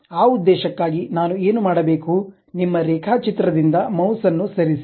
ಆ ಉದ್ದೇಶಕ್ಕಾಗಿ ನಾನು ಏನು ಮಾಡಬೇಕು ನಿಮ್ಮ ರೇಖಾಚಿತ್ರದಿಂದ ನಿಮ್ಮ ಮೌಸ್ ಅನ್ನು ಸರಿಸಿ